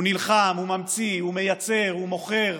הוא נלחם, הוא ממציא, הוא מייצר, הוא מוכר,